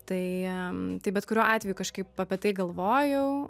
tai tai bet kuriuo atveju kažkaip apie tai galvojau